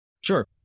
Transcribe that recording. Sure